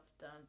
done